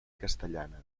castellana